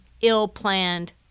ill-planned